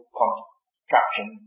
construction